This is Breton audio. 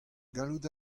gallout